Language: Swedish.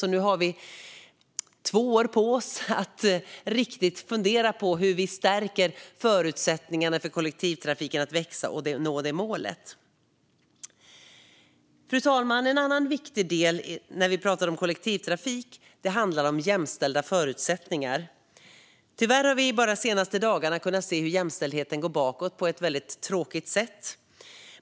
Och nu har vi två år på oss att riktigt fundera på hur vi ska stärka förutsättningarna för kollektivtrafiken att växa och nå målet. Fru talman! En annan viktig del när vi pratar om kollektivtrafik handlar om jämställda förutsättningar. Tyvärr har vi bara under de senaste dagarna kunnat se hur jämställdheten går bakåt på ett väldigt tråkigt sätt.